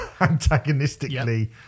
antagonistically